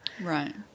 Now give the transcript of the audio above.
right